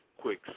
quick